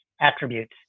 attributes